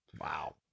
Wow